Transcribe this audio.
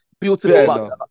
Beautiful